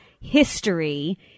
history